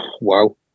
wow